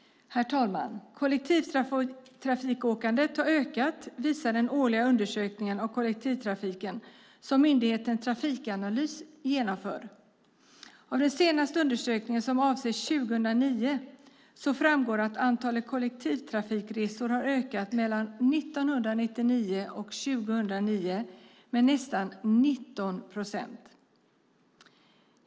Herr talman! Kollektivtrafikåkandet har ökat, visar den årliga undersökning av kollektivtrafiken i landet som myndigheten Trafikanalys genomför. Av den senaste undersökningen, som avser 2009, framgår att antalet kollektivtrafikresor har ökat med nästan 19 procent mellan 1999 och 2009.